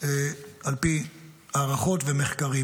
על פי הערכות ומחקרים.